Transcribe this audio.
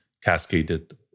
cascaded